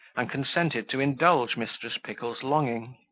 and consented to indulge mrs. pickle's longing.